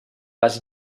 les